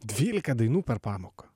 dvylika dainų per pamoką